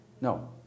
No